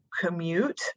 commute